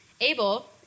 Abel